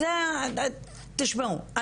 תשמעו,